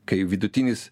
kai vidutinis